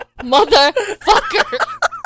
motherfucker